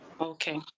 Okay